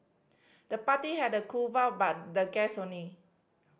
the party had a cool but the guest only